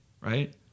right